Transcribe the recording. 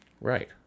Right